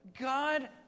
God